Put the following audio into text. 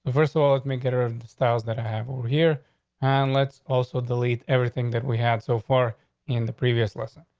but first of all, let me get her of styles that i have over here on. and let's also delete everything that we had so far in the previous lesson.